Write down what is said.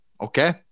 Okay